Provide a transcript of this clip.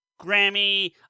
Grammy